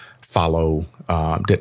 follow